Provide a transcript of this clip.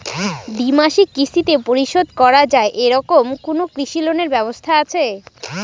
দ্বিমাসিক কিস্তিতে পরিশোধ করা য়ায় এরকম কোনো কৃষি ঋণের ব্যবস্থা আছে?